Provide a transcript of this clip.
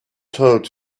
told